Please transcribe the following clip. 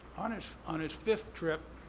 on his on his fifth trip,